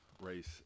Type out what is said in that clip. race